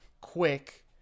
quick